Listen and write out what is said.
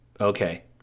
Okay